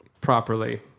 properly